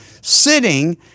sitting